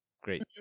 great